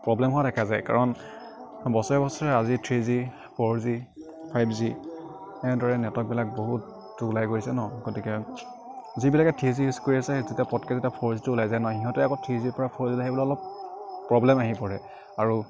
problem হোৱা দেখা যায় কাৰণ বছৰে বছৰে আজি three G four G five G এনেদৰে নেটৰ্ৱকবিলাক বহুত ওলাই গৈছে ন গতিকে যিবিলাকে থ্ৰী জি ইউজ কৰি আছে সেই তেতিয়া পতককৈ যেতিয়া ফ'ৰ জিটো ওলাই যায় ন সিহঁতে আকৌ থ্ৰী জিৰপৰা ফ'ৰ জিলৈ আহিবলৈ অলপ প্ৰব্লেম আহি পৰে আৰু